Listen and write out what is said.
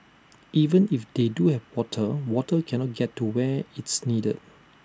even if they do have water water cannot get to where it's needed